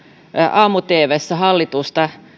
aamu tvssä hallitusta